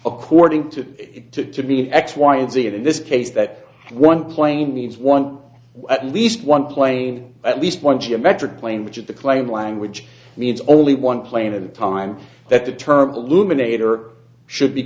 according to to be x y and z and in this case that one plane means one at least one plane at least one geometric plane which is the claim language means only one plane and time that the term alumina it or should be